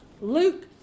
Luke